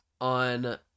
on